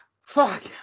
fuck